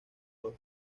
dos